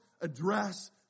address